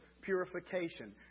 purification